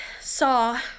saw